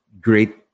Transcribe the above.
great